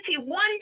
one